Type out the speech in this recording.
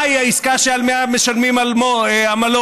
מהי העסקה שעליה משלמים עמלות?